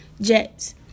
Jets